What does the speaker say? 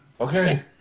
okay